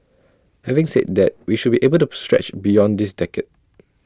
having said that we should be able to stretch beyond this decade